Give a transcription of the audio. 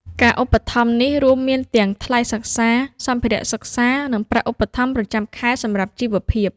ការឧបត្ថម្ភនេះរួមមានទាំងថ្លៃសិក្សា សម្ភារៈសិក្សា និងប្រាក់ឧបត្ថម្ភប្រចាំខែសម្រាប់ជីវភាព។